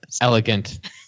elegant